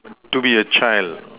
to be a child